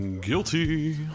Guilty